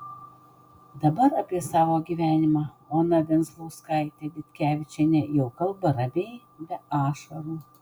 dabar apie savo gyvenimą ona venzlauskaitė ditkevičienė jau kalba ramiai be ašarų